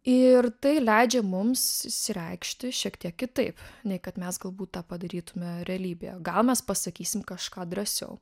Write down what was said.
ir tai leidžia mums išsireikšti šiek tiek kitaip nei kad mes galbūt tą padarytume realybėje gal mes pasakysim kažką drąsiau